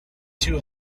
too